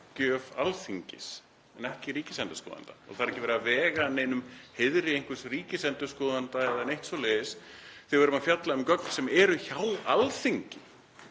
Alþingis en ekki ríkisendurskoðanda. Það er ekki verið að vega að neinum heiðri einhvers ríkisendurskoðanda eða neitt svoleiðis þegar við erum að fjalla um gögn sem eru hjá Alþingi.